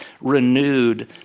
renewed